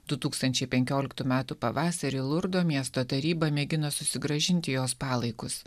du tūkstančiai penkioliktų metų pavasarį lurdo miesto taryba mėgino susigrąžinti jos palaikus